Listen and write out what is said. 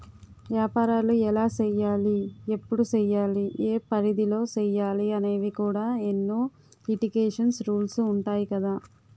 ఏపారాలు ఎలా సెయ్యాలి? ఎప్పుడు సెయ్యాలి? ఏ పరిధిలో సెయ్యాలి అనేవి కూడా ఎన్నో లిటికేషన్స్, రూల్సు ఉంటాయి కదా